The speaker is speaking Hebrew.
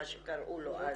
כמו שקראו לזה אז.